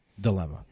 dilemma